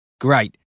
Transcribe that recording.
Great